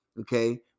Okay